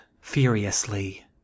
furiously